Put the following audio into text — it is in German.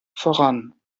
voran